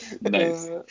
Nice